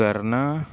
ਕਰਨਾ